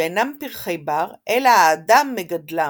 שאינם פרחי בר אלא האדם מגדלם.